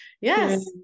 yes